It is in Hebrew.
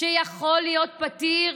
שיכול להיות פתיר.